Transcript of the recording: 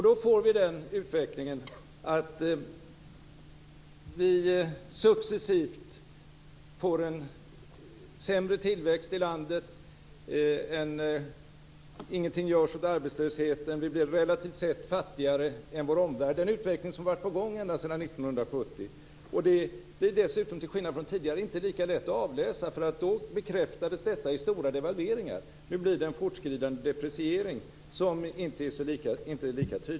Då får vi den utvecklingen att vi successivt får en sämre tillväxt i landet, ingenting görs åt arbetslösheten och vi blir relativt sett fattigare än vår omvärld. Det är en utveckling som varit på gång ända sedan 1970. Det är dessutom, till skillnad från tidigare, inte lika lätt att avläsa. Då bekräftades detta i stora devalveringar. Nu blir det en fortskridande depreciering som inte är lika tydlig.